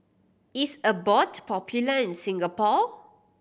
is Abbott popular in Singapore